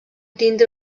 tindre